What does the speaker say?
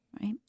right